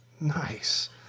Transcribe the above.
Nice